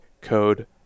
code